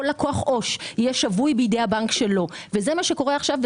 לקוח עו"ש יהיה שבוי בידי הבנק שלו זה מה שקורה עכשיו,